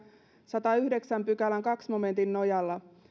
sadannenyhdeksännen pykälän toisen momentin nojalla